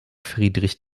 friedrich